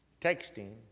texting